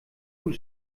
und